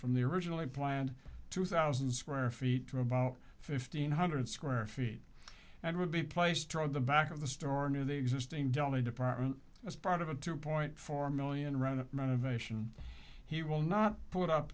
from the originally planned two thousand square feet to about fifteen hundred square feet that would be placed the back of the store near the existing deli department as part of a two point four million run renovation he will not put up